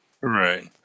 Right